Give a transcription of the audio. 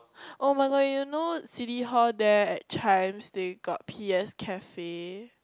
oh my god you know City-Hall there at Chijmes they got P S cafe